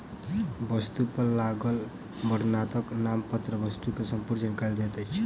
वस्तु पर लागल वर्णनात्मक नामपत्र वस्तु के संपूर्ण जानकारी दैत अछि